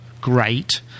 great